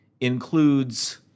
includes